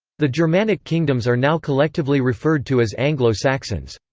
the germanic kingdoms are now collectively referred to as anglo-saxons.